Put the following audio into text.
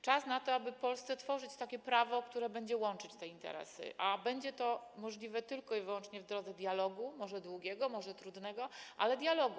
Czas na to, aby w Polsce tworzyć takie prawo, które będzie łączyć te interesy, a będzie to możliwe tylko i wyłącznie w drodze dialogu, może długiego, może trudnego, ale dialogu.